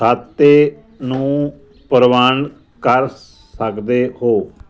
ਖਾਤੇ ਨੂੰ ਪ੍ਰਮਾਣ ਕਰ ਸਕਦੇ ਹੋ